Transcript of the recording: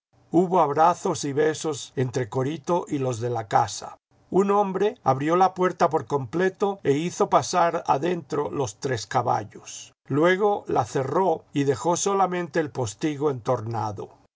hubo abrazos y besos entre corito y los de la casa un hombre abrió la puerta por completo e bizo pasar adentro los tres caballos luego la cerró y dejó solamente el postigo entornado